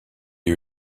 you